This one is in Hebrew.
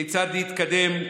כיצד להתקדם,